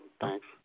thanks